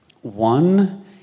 One